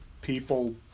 people –